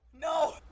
No